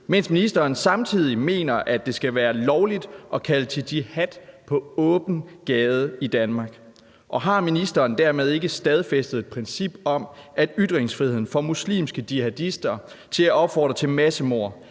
mens ministeren samtidig mener, at det skal være lovligt at kalde til jihad på åben gade i Danmark, og har ministeren ikke dermed stadfæstet et princip om, at ytringsfriheden for muslimske jihadister til at opfordre til massemord